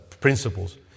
principles